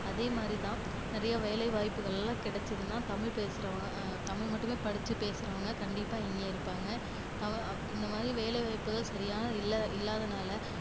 அதேமாதிரி தான் நிறையா வேலைவாய்ப்புகள்லாம் கிடச்சிதுன்னா தமிழ் பேசுறவங்க தமிழ் மட்டுமே படித்து பேசுறவங்க கண்டிப்பாக இங்கே இருப்பாங்க தா இந்தமாதிரி வேலைவாய்ப்புகள் சரியானது இல்லை இல்லாததனால